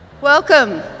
Welcome